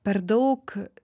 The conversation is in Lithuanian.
per daug